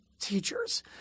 teachers